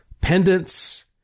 pendants